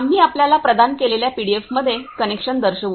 आम्ही आपल्याला प्रदान केलेल्या पीडीएफमध्ये कनेक्शन दर्शवू